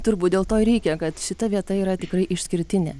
turbūt dėl to reikia kad šita vieta yra tikrai išskirtinė